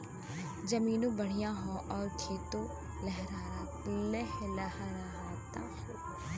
जमीनों बढ़िया हौ आउर खेतो लहलहात हौ